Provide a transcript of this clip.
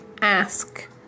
ask